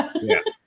Yes